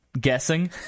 guessing